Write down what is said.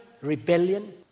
rebellion